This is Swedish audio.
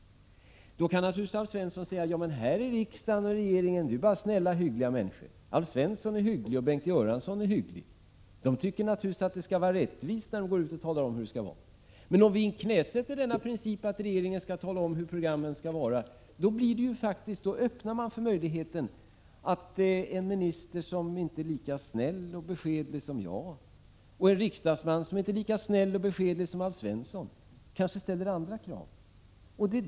Då kan naturligtvis Alf Svensson stå här och säga: Ja, men här i riksdagen och regeringen är det bara snälla och hyggliga människor. Alf Svensson är hygglig och Bengt Göransson är hygglig. De tycker naturligtvis att det är rättvist när de går ut och talar om hur något skall vara. Därigenom öppnar man för möjligheten att en minister, som inte är lika snäll och beskedlig som jag, och en riksdagsman, som inte är lika snäll och beskedlig som Alf Svensson, kanske ställer andra krav.